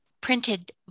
printed